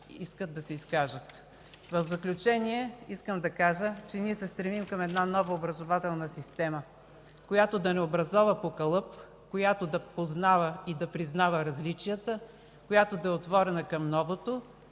искат да се изкажат. В заключение, искам да кажа, че се стремим към нова образователна система, която да не образова по калъп, която да познава и признава различията, да е отворена към новото.